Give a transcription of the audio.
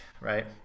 right